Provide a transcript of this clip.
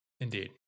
Indeed